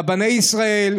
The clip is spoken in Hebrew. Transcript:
רבני ישראל,